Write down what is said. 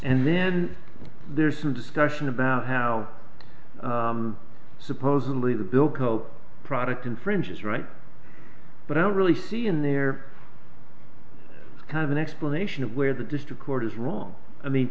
and then there's a discussion about how supposedly the bilko product infringes right but i don't really see in their kind of an explanation of where the district court is wrong i mean